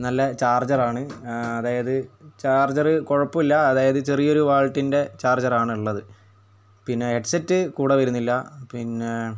നല്ല ചാര്ജര് ആണ് അതായത് ചാര്ജറ് കുഴപ്പമില്ല അതായത് ചെറിയൊരു വോള്ട്ടിന്റെ ചാര്ജര് ആണ് ഉള്ളത് പിന്നെ ഹെഡ്സെറ്റ് കൂടെ വരുന്നില്ല പിന്നെ